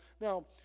now